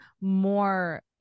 more